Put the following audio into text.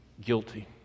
guilty